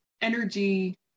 energy